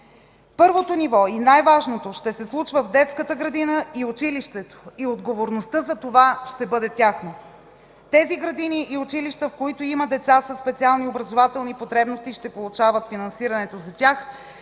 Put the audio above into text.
Първото и най-важното ниво ще се случва в детската градина и училището и отговорността за това ще бъде тяхна. Тези градини и училища, в които има деца със специални образователни потребности, ще получават финансирането за тях